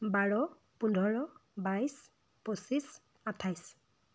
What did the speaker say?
বাৰ পোন্ধৰ বাইছ পঁচিছ আঠাইছ